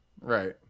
right